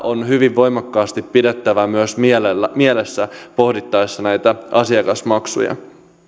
on hyvin voimakkaasti pidettävä mielessä myös pohdittaessa näitä asiakasmaksuja